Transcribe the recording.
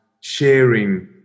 sharing